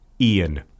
Ian